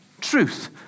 truth